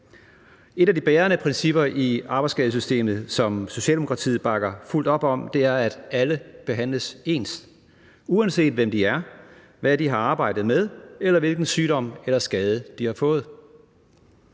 Et af de bærende principper i arbejdsskadesystemet, som Socialdemokratiet bakker fuldt op om, er, at alle behandles ens, uanset hvem de er, hvad de har arbejdet med, eller hvilken sygdom eller skade de har fået,